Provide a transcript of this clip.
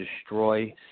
destroy